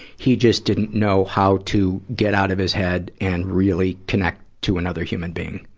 he just didn't know how to get out of his head and really connect to another human being.